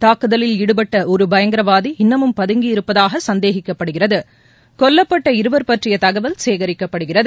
தாக்குதலில் ஈடுபட்ட ஒரு பயங்கரவாதி இன்னமும் பதங்கியிருப்பதாக சந்தேகிக்கப்படுகிறது கொல்லப்பட்ட இருவர் பற்றிய தகவல் சேகரிக்கப்படுகிறது